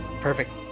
perfect